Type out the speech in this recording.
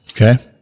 Okay